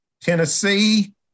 Tennessee